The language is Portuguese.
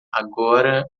agora